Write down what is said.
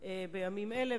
בימים אלה,